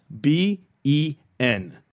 B-E-N